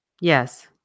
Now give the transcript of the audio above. Yes